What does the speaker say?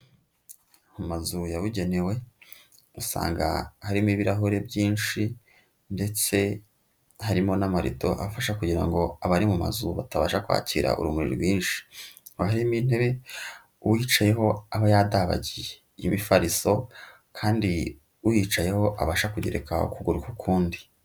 Mu mazu yabugenewe usanga harimo ibirahure byinshi ndetse harimo n'amarido afasha kugira ngo abari mu mazu batabasha kwakira urumuri rwinshi. Haba harimo intebe uyicayeho aba yadabagiye, y'imifariso kandi uyicayeho abasha kugereka ukuguru ku kundi.